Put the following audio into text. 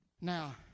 Now